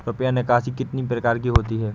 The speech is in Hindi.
रुपया निकासी कितनी प्रकार की होती है?